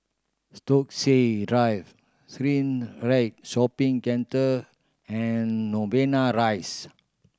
Stokesay Drive Shopping Centre and Novena Rise